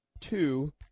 two